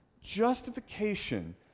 Justification